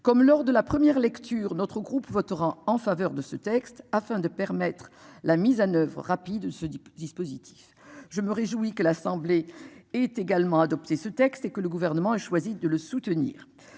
comme lors de la première lecture notre groupe votera en faveur de ce texte afin de permettre la mise en oeuvre rapide. Ce dispositif. Je me réjouis que l'Assemblée. Est également adopter ce texte et que le gouvernement a choisi de le soutenir.